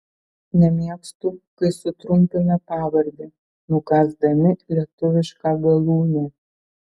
nemėgstu kai sutrumpina pavardę nukąsdami lietuvišką galūnę